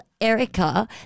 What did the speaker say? Erica